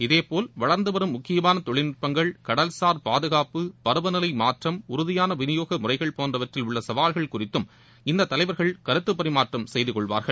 இதேபோல் வளர்ந்து வரும் முக்கியமான தொழில்நுட்பங்கள் கடல்சார் பாதுகாப்பு பருவநிலை மாற்றம் உறதியான விநியோக முறைகள் போன்றவற்றில் உள்ள சவால்கள் குறித்தும் இந்த தலைவா்கள் கருத்துப் பரிமாற்றம் செய்து கொள்வாா்கள்